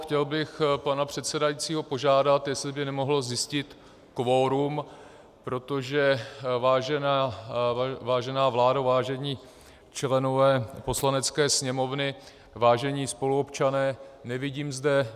Chtěl bych pana předsedajícího požádat, jestli by nemohl zjistit kvorum, protože, vážená vládo, vážení členové Poslanecké sněmovny, vážení spoluobčané, nevidím zde...